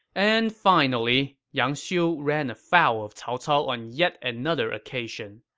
and finally, yang xiu ran afoul of cao cao on yet another occasion.